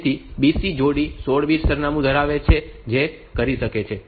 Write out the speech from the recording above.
તેથી BC જોડી 16 bit સરનામું ધરાવશે જે તે કરી શકે છે